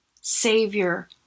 Savior